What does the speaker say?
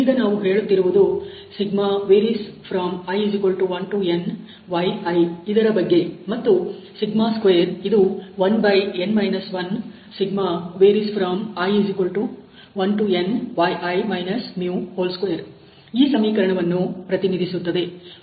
ಈಗ ನಾವು ಹೇಳುತ್ತಿರುವುದು i1nyi ಇದರ ಬಗ್ಗೆ ಮತ್ತು '²' ಇದು1n 1i1nyi ² ಈ ಸಮೀಕರಣವನ್ನು ಪ್ರತಿನಿಧಿಸುತ್ತದೆ